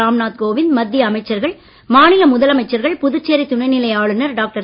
ராம்நாத் கோவிந்த் மத்திய அமைச்சர்கள் மாநில முதலமைச்சர்கள் புதுச்சேரி துணைநிலை ஆளுனர் டாக்டர்